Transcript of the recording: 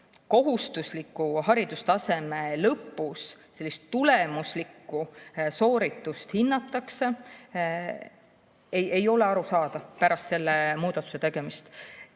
kohustusliku haridustaseme lõpus tulemuslikku sooritust hinnatakse, ei ole pärast selle muudatuse tegemist